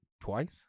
twice